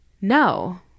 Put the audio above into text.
no